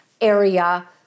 area